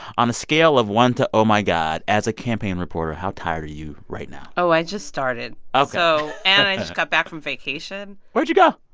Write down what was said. on a scale of one to oh, my god, as a campaign reporter, how tired are you right now? oh, i just started ok so and i just got back from vacation where'd you go?